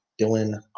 Dylan